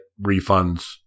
refunds